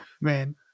Man